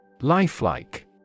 Lifelike